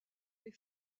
les